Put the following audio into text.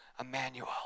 Emmanuel